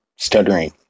stuttering